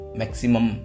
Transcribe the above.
maximum